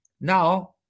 Now